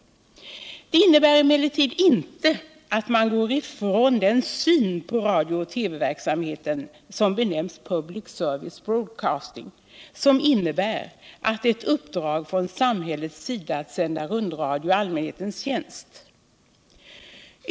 Det innebär emellertid inte att man går ifrån den syn på radiooch TV-verksamheten som benämns ”public service broadcasting” och som innebär ett uppdrag från samhällets sida att sända rundradio i allmänhetens tjänst.